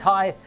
High